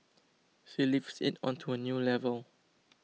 she lifts it onto a new level